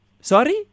Sorry